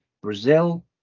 Brazil